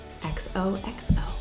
XOXO